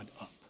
up